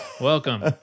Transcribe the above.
Welcome